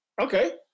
Okay